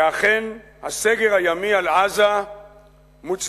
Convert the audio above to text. שאכן הסגר הימי על עזה מוצדק.